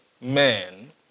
men